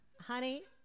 Honey